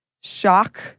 shock